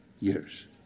Years